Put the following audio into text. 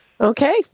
Okay